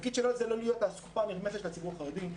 התפקיד שלי הוא לא להיות אסקופה נדרסת לציבור החרדי.